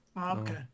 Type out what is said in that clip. okay